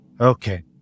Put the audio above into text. Okay